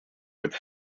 with